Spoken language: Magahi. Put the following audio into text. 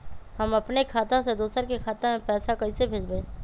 हम अपने खाता से दोसर के खाता में पैसा कइसे भेजबै?